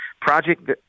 Project